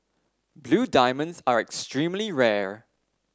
blue diamonds are extremely rare